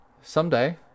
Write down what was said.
Someday